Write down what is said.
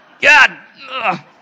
God